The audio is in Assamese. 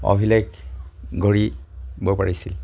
অভিলেখ গঢ়িব পাৰিছিল